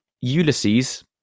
Ulysses